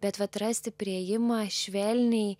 bet vat rasti priėjimą švelniai